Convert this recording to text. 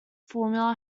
formula